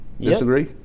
Disagree